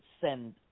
send